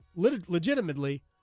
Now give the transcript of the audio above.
legitimately